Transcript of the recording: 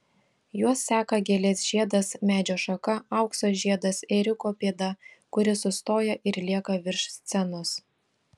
juos seka gėlės žiedas medžio šaka aukso žiedas ėriuko pėda kuri sustoja ir lieka virš scenos